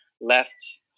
left